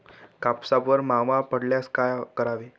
कापसावर मावा पडल्यास काय करावे?